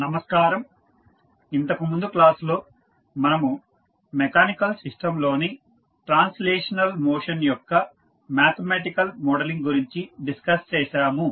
నమస్కారం ఇంతకు ముందు క్లాస్ లో మనము మెకానికల్ సిస్టం లోని ట్రాన్స్లేషనల్ మోషన్ యొక్క మ్యాథమెటికల్ మోడలింగ్ గురించి డిస్కస్ చేసాము